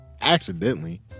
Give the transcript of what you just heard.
Accidentally